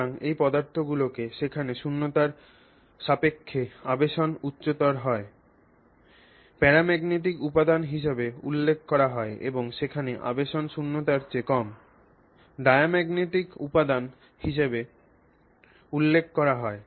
সুতরাং এই পদার্থগুলিকে যেখানে শূন্যতার সাপেক্ষে আবেশন উচ্চতর হয় প্যারাম্যাগনেটিক উপাদান হিসাবে উল্লেখ করা হয় এবং যেখানে আবেশন শূন্যতার চেয়ে কম ডা য়াম্যাগনেটিক উপাদান হিসাবে উল্লেখ করা হয়